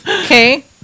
Okay